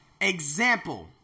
example